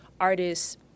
artists